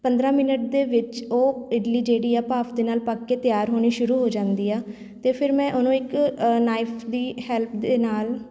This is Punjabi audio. ਪੰਦਰਾਂ ਮਿੰਟ ਦੇ ਵਿੱਚ ਉਹ ਇਡਲੀ ਜਿਹੜੀ ਆ ਭਾਫ਼ ਦੇ ਨਾਲ਼ ਪੱਕ ਕੇ ਤਿਆਰ ਹੋਣੀ ਸ਼ੁਰੂ ਹੋ ਜਾਂਦੀ ਆ ਅਤੇ ਫਿਰ ਮੈਂ ਉਹਨੂੰ ਇੱਕ ਨਾਈਫ਼ ਦੀ ਹੈਲਪ ਦੇ ਨਾਲ਼